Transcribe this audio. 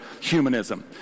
humanism